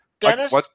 Dennis